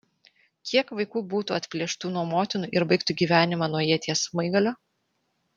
kiek vaikų būtų atplėštų nuo motinų ir baigtų gyvenimą nuo ieties smaigalio